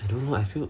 I don't know I feel